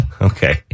okay